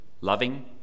loving